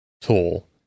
tool